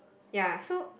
ya so